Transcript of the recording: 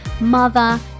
mother